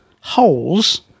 holes